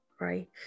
right